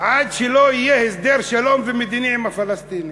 עד שלא יהיה הסדר שלום מדיני עם הפלסטינים.